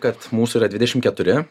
kad mūsų yra dvidešim keturi